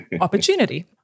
opportunity